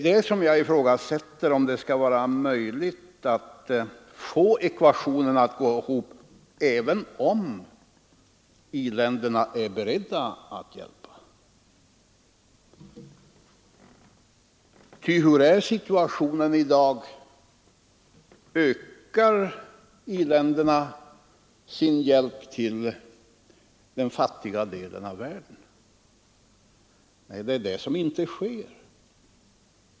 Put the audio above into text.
Men jag ifrågasätter just om det skall vara möjligt att få ekvationen att gå ihop, även om i-länderna är beredda att hjälpa till. Hurdan är situationen i dag? Ökar i-länderna sin hjälp till den fattiga delen av världen? Nej, det är det som inte sker!